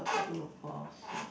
two four six